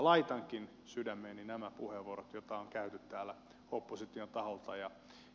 laitankin sydämeeni nämä puheenvuorot joita on käytetty täällä opposition taholta